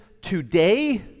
today